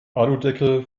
aludeckel